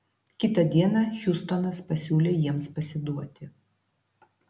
kitą dieną hiustonas pasiūlė jiems pasiduoti